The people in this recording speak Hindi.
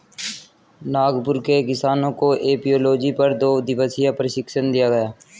नागपुर के किसानों को एपियोलॉजी पर दो दिवसीय प्रशिक्षण दिया गया